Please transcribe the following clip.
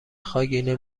خاگینه